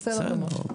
בסדר גמור.